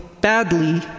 badly